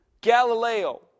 Galileo